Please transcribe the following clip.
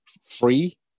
free